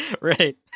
Right